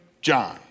John